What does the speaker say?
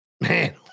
Man